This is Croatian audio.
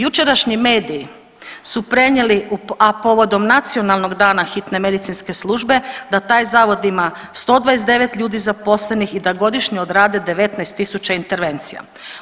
Jučerašnji mediji su prenijeli, a povodom Nacionalnog dana Hitne medicinske službe da taj zavod ima 129 ljudi zaposlenih i da godišnje odrade 19.000 intervencija.